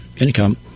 income